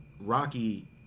Rocky